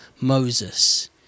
Moses